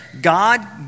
God